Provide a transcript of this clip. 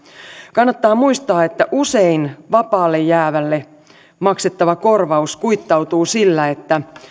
kannattaa muistaa että usein vapaalle jäävälle maksettava korvaus kuittautuu sillä että